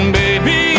baby